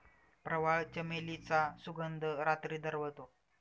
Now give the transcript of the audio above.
प्रवाळ, चमेलीचा सुगंध रात्री दरवळतो